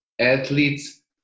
athletes